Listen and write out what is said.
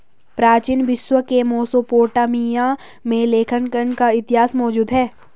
प्राचीन विश्व के मेसोपोटामिया में लेखांकन का इतिहास मौजूद है